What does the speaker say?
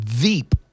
deep